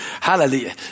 hallelujah